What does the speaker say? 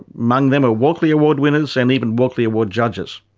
among them are walkley award winners and even walkley award judges.